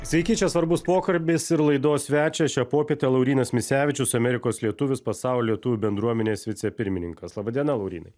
sveiki čia svarbus pokalbis ir laidos svečias šią popietę laurynas misevičius amerikos lietuvis pasaulio lietuvių bendruomenės vicepirmininkas laba diena laurynai